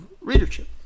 readership